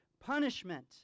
punishment